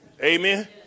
Amen